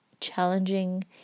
challenging